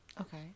okay